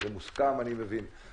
אני מבין שזה מוסכם.